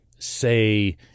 say